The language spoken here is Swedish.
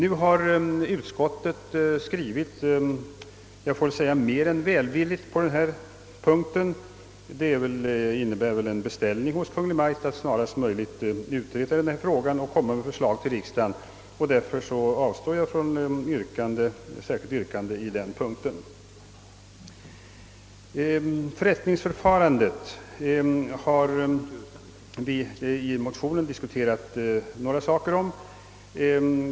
Utskottet har nu skrivit mer än välvilligt på denna punkt. Det har närmast gjort en beställning hos Kungl. Maj:t att snarast möjligt låta utreda denna fråga och inkomma med förslag till riksdagen, och därför avstår jag från särskilt yrkande på denna punkt. Beträffande = förrättningsförfarandet har vi i motionen diskuterat några olika punkter.